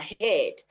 ahead